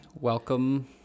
Welcome